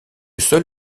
sol